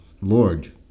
Lord